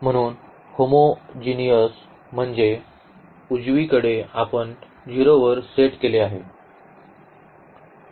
म्हणून होमोजिनीअस म्हणजे उजवीकडे आपण 0 वर सेट केले आहे